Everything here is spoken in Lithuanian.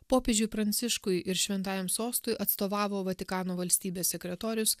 popiežiui pranciškui ir šventajam sostui atstovavo vatikano valstybės sekretorius